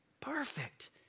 perfect